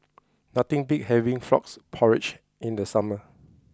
nothing beats having Frog Porridge in the summer